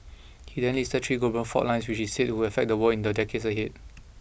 he then listed three global fault lines which he said would affect the world in the decades ahead